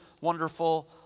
wonderful